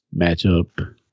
matchup